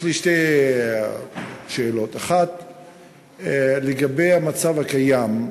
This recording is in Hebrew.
יש לי שתי שאלות: 1. לגבי המצב הקיים,